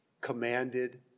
commanded